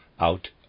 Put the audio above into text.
out